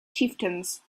chieftains